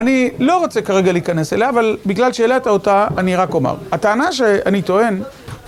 אני לא רוצה כרגע להיכנס אליה, אבל בגלל שהעלית אותה אני רק אומר - הטענה שאני טוען...